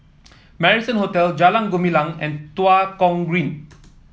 Marrison Hotel Jalan Gumilang and Tua Kong Green